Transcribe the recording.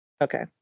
okay